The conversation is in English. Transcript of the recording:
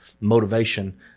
motivation